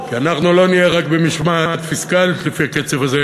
כי אנחנו לא נהיה רק במשמעת פיסקלית לפי הקצב הזה,